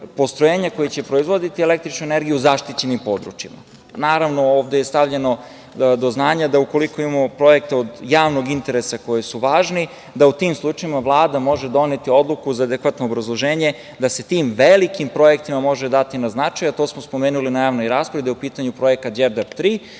postrojenja koji će proizvoditi električnu energiju u zaštićenom područjima. Naravno, ovde je stavljeno do znanja da ukoliko imamo projekte od javnog interesa koji su važni, da u tim slučajevima Vlada može doneti odluku za adekvatno obrazloženje da se tim velikim projektima može dati na značaju, a to smo spomenuli na javnoj raspravi da je u pitanju projekat „Đerdap 3“,